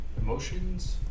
emotions